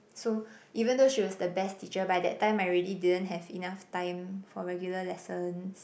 so even though she was the best teacher by that time I already didn't have enough time for regular lessons